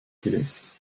gelöst